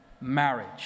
marriage